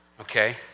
Okay